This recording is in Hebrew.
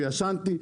אני